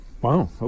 Wow